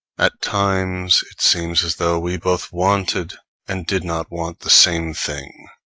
at times it seems as though we both wanted and did not want the same thing,